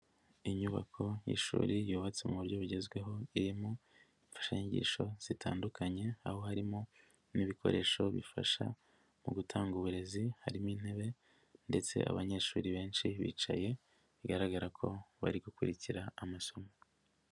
Inyubako y'ishuri yubatse mu buryo bugezweho, iririmo imfashanyigisho zitandukanye, aho harimo n'ibikoresho bifasha mu gutanga uburezi, harimo intebe ndetse abanyeshuri benshi bicaye bigaragara ko bari gukurikira amasomo.